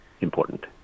important